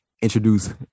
introduce